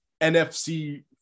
NFC